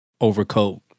overcoat